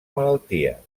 malaltia